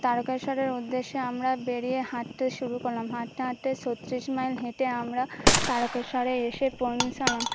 তারকেস্বরের উদ্দেশ্যে আমরা বেরিয়ে হাঁটতে শুরু করলাম হাঁটতে হাঁটতে ছত্রিশ মাইল হেঁটে আমরা তারকে স্বরে এসে পৌঁছালাম